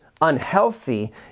unhealthy